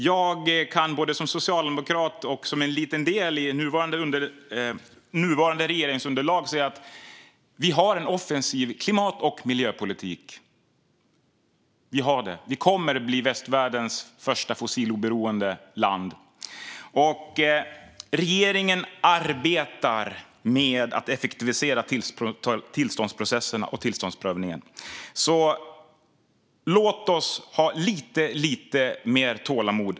Jag kan både som socialdemokrat och som en liten del i nuvarande regeringsunderlag säga att vi har en offensiv klimat och miljöpolitik. Vi har det. Vi kommer att bli västvärldens första fossiloberoende land. Regeringen arbetar med att effektivisera tillståndsprocesserna och tillståndsprövningen, så låt oss ha lite mer tålamod.